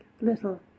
Little